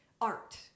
art